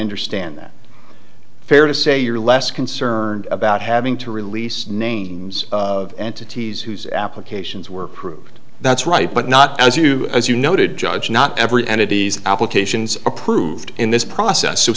understand that fair to say you're less concerned about having to release names of entities whose applications were proved that's right but not as you as you noted judge not every entities applications approved in this process